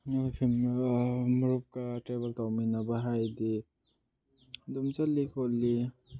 ꯃꯔꯨꯞꯀ travel ꯇꯧꯃꯤꯟꯅꯕ ꯍꯥꯏꯔꯗꯤ ꯑꯗꯨꯝ ꯆꯠꯂꯤ ꯈꯣꯠꯂꯤ